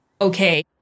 okay